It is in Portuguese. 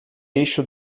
eixo